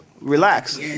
Relax